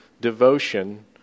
devotion